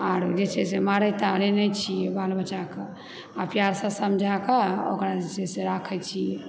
आओर जे छै से मारै तारै नहि छी बाल बच्चाके आ प्यारसँ समझाकऽ ओकरा जे छै से राखै छी